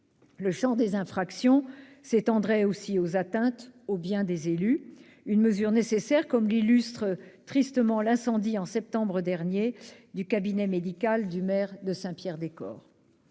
Le champ des infractions s'étendrait aussi aux atteintes aux biens des élus. Cette mesure est nécessaire, comme l'illustre tristement le cas de l'incendie, en septembre dernier, du cabinet médical du maire de Saint-Pierre-des-Corps.